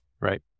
right